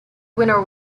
winner